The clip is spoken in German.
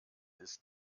ist